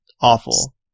awful